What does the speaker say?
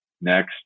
next